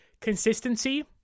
consistency